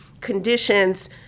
conditions